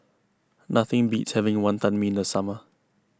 nothing beats having Wantan Mee in the summer